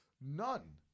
none